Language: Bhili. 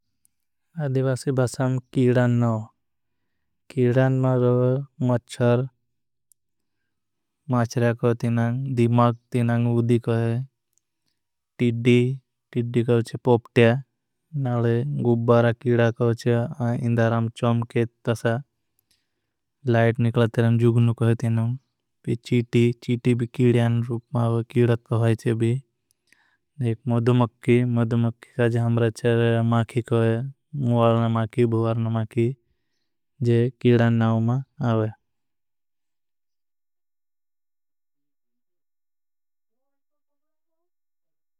अधिवासी बासाम कीड़ान नाव मारे मच्चार। माच्चरा को होती नांग दिमाग तीनांग उदी को होती नांग टिड़ी। को होची पोप्ट्या गुबारा कीड़ा को होची इंदाराम चम्केत तसा। निकला तेरां जुगनू को होती नांग चीटी भी कीड़ान रूप मारे। कीड़ान को होची भी मदु मक्खी मदु मक्खी का जहांम राच्चार। माखी को होई माखी भुवारन माखी जे कीड़ान नावू मा आवे।